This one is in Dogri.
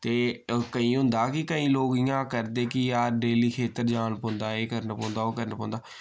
ते केई होंदा कि केई लोक इय्यां करदे कि यार डेली खेत्तर जान पौंदा एह् करन पौंदा ओह् करन पौंदा